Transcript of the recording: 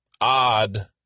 odd